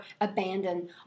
abandoned